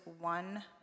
one